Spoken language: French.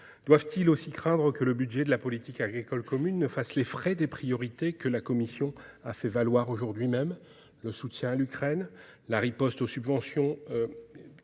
Doivent-ils aussi craindre que le budget de la politique agricole commune ne fasse les frais des priorités que la Commission européenne a fait valoir aujourd'hui même, à savoir le soutien à l'Ukraine, la riposte aux subventions